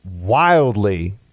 wildly